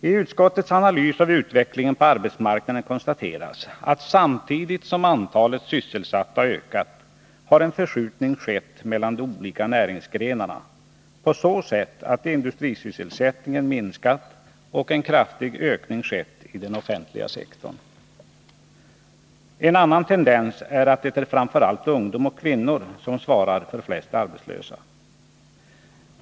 I utskottets analys av utvecklingen på arbetsmarknaden konstateras att samtidigt som antalet sysselsatta ökat har en förskjutning skett mellan de olika näringsgrenarna på så sätt att industrisysselsättningen minskat och en kraftig ökning ägt rum i den offentliga sektorn. En annan tendens är att det är framför allt ungdom och kvinnor som svarar för flest arbetslösa.